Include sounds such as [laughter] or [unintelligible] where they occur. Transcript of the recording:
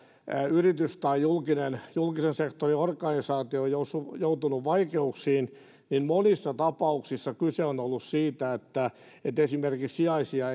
yritys tai julkisen sektorin organisaatio on joutunut vaikeuksiin niin monissa tapauksissa kyse on ollut siitä että että esimerkiksi sijaisia [unintelligible]